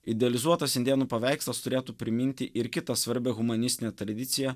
idealizuotas indėnų paveikslas turėtų priminti ir kitą svarbią humanistinę tradiciją